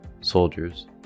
soldiers